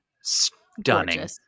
stunning